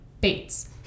Bates